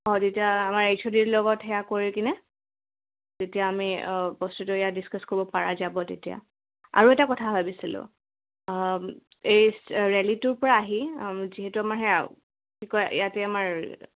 অঁ তেতিয়া আমাৰ এইছ অ' ডিৰ লগত সেয়া কৰি কিনে তেতিয়া আমি বস্তুটো এইয়া ডিচকাছ কৰিব পৰা যাব তেতিয়া আৰু এটা কথা ভাবিছিলোঁ এই ৰেলিটোৰ পৰা আহি যিহেতু আমাৰ সেয়া কি কয় ইয়াতে আমাৰ